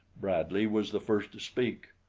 bradley was the first to speak.